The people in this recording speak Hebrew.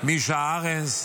מישה ארנס,